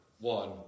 one